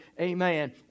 amen